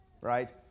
right